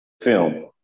film